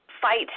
fight